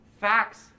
Facts